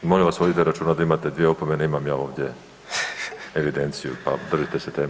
I molim vas vodite računa da imate dvije opomene, imam ja ovdje evidenciju, pa držite se teme.